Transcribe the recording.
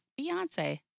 Beyonce